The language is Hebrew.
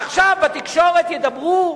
עכשיו בתקשורת ידברו,